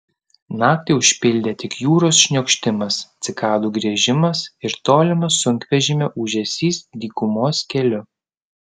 naktį užpildė tik jūros šniokštimas cikadų griežimas ir tolimas sunkvežimio ūžesys dykumos keliu